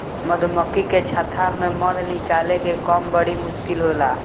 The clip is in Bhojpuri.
मधुमक्खी के छता से मध निकाले के काम बड़ी मुश्किल होला